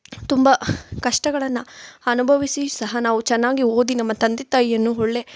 ತುಂಬ ಕಷ್ಟಗಳನ್ನು ಅನುಭವಿಸಿ ಸಹ ನಾವು ಚೆನ್ನಾಗಿ ಓದಿ ನಮ್ಮ ತಂದೆ ತಾಯಿಯನ್ನು ಒಳ್ಳೆ